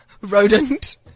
rodent